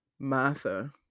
Martha